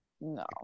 no